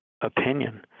opinion